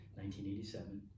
1987